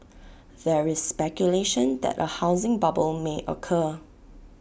there is speculation that A housing bubble may occur